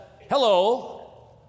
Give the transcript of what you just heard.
Hello